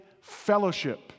fellowship